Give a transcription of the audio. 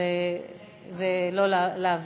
לא להעביר.